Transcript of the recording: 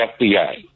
FBI